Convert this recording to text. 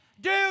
Dude